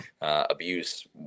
abuse